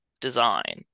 design